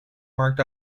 marked